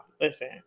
listen